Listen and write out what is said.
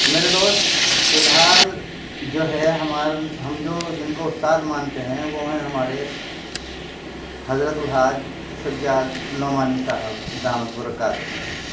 میرے دوست فی الحال جو ہے ہمار ہم جو جن کو استاد مانتے ہیں وہ ہیں ہمارے حضرت الحاج سجاد نعمانی صاحب دامت برکاتہ